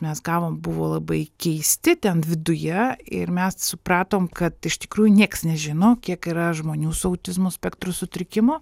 mes gavom buvo labai keisti ten viduje ir mes supratom kad iš tikrųjų nieks nežino kiek yra žmonių su autizmo spektro sutrikimu